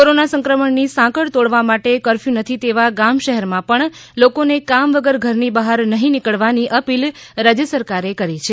corona સંક્રમણ ની સાંકળ તોડવા માટે કરફ્યુ નથી તેવા ગામ શહેર માં પણ લોકો ને કામ વગર ઘર ની બહાર નફીં નીકળવા ની અપીલ રાજ્ય સરકારે કરી છે